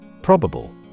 Probable